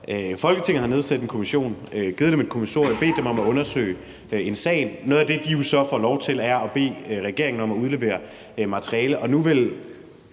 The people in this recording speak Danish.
Folketinget har nedsat en kommission og givet dem et kommissorie og bedt dem om at undersøge en sag. Noget af det, de så får lov til, er at bede regeringen om at udlevere materialet.